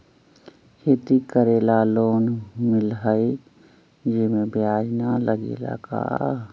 खेती करे ला लोन मिलहई जे में ब्याज न लगेला का?